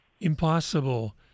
impossible